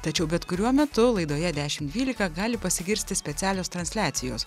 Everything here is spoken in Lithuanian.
tačiau bet kuriuo metu laidoje dešimt dvylika gali pasigirsti specialios transliacijos